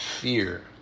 fear